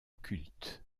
culte